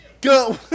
Go